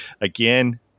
again